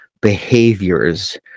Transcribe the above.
behaviors